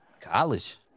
college